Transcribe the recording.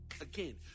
Again